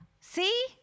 see